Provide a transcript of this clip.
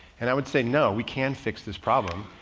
and i would say, no, we can fix this problem.